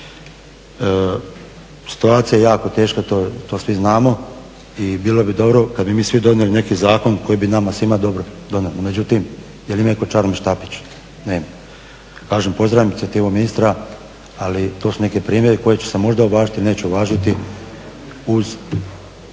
Situacija je jako teška, to svi znamo i bilo bi dobro kada bi mi svi donijeli neki zakon koji bi nama svima dobro donio. Međutim, je li ima netko čaroban štapić? Nema. Kažem, pozdravljam inicijativu ministra ali to su neki primjeri koji će se možda uvažiti ili neće uvažiti